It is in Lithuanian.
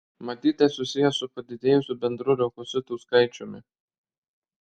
matyt tai susiję su padidėjusiu bendru leukocitų skaičiumi